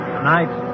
Tonight